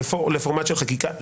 לפורמט של חקיקה,